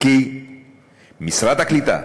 כי משרד הקליטה,